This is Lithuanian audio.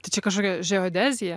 tai čia kažkokia geodezija